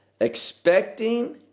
expecting